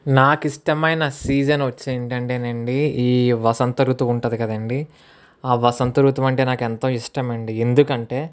నాకు ఇష్టమైన సీజన్ వచ్చి ఏంటంటే అండి ఈ వసంత ఋతువు ఉంటుంది కదండి వసంత ఋతువు అంటే నాకు ఎంతో ఇష్టం అండి ఎందుకంటే